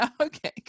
Okay